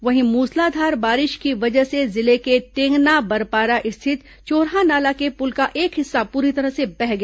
वहीं मूसलाधार बारिश की वजह से जिले के टेंगना बरपारा स्थित चोरहानाला के पुल का एक हिस्सा पूरी तरह से बह गया